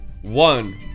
One